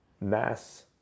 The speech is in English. mass